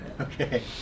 okay